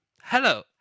hello